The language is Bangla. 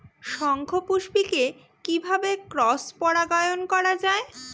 শঙ্খপুষ্পী কে কিভাবে ক্রস পরাগায়ন করা যায়?